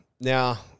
Now